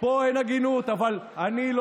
פה אין הגינות,